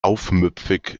aufmüpfig